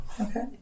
Okay